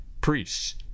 priests